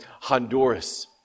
Honduras